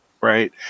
right